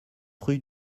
rue